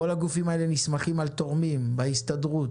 כל הגופים האלה נסמכים על תורמים בהסתדרות.